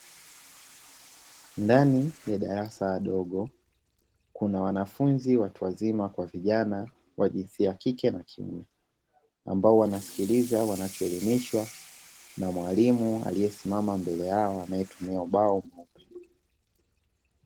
Ndani ya darasa dogo, kuna wanafunzi watu wazima kwa vijana wa jinsia ya kike na kiume ambao wanasikiliza wanachoelimishwa na mwalimu aliyesimama mbele yao anayetumia ubao.